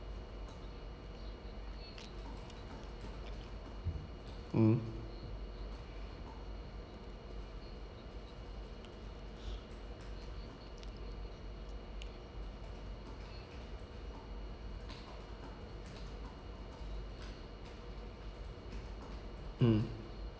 mm mm